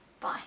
Bye